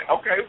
Okay